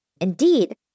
Indeed